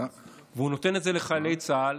והוא נותן את זה לחיילי צה"ל